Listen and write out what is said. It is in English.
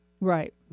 Right